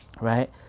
Right